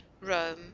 Rome